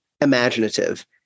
imaginative